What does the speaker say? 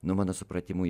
na mano supratimu